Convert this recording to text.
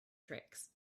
tricks